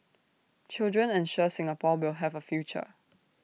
children ensure Singapore will have A future